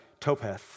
Topeth